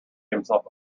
himself